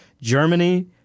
Germany